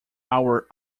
hour